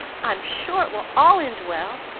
i am sure it will all end well,